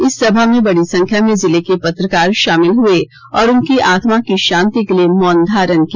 इस सभा में बड़ी संख्या में जिले के पत्रकार शामिल हुए और उनकी आत्मा की शांति के लिए मौन धारण किया